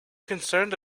concerned